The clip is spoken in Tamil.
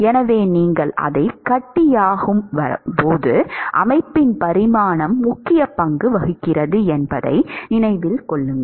எனவே நீங்கள் அதை கட்டியாகும்போது அமைப்பின் பரிமாணம் முக்கிய பங்கு வகிக்கிறது என்பதை நினைவில் கொள்ளுங்கள்